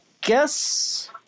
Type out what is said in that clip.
guess